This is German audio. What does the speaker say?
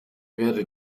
werde